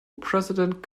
president